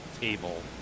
table